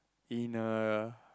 in a